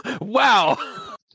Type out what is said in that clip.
wow